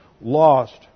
lost